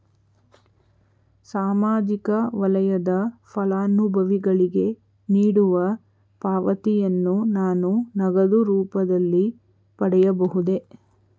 ಸಾಮಾಜಿಕ ವಲಯದ ಫಲಾನುಭವಿಗಳಿಗೆ ನೀಡುವ ಪಾವತಿಯನ್ನು ನಾನು ನಗದು ರೂಪದಲ್ಲಿ ಪಡೆಯಬಹುದೇ?